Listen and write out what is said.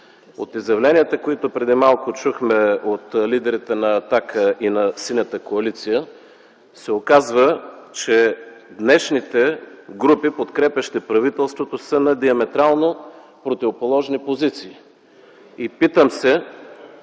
От изявленията, които преди малко чухме от лидерите на „Атака” и на Синята коалиция се оказва, че днешните групи, подкрепящи правителството, са на диаметрално противоположни позиции.